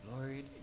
Lord